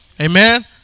Amen